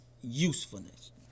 usefulness